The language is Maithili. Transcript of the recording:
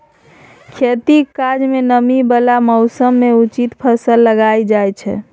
खेतीक काज मे नमी बला मौसम मे उचित फसल लगाएल जाइ छै